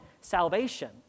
salvation